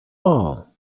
all